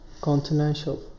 Continental